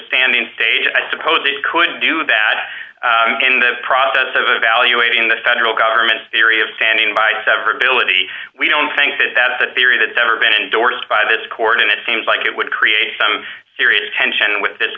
standing stage i suppose they could do that in the process of evaluating the federal government theory of standing by severability we don't think that that is a theory that ever been endorsed by this court and it seems like it would create some serious tension with this